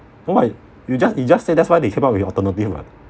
why you just you just say that's why they came up with alternative [what]